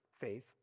faith